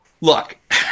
look